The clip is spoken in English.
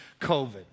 COVID